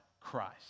Christ